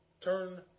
turn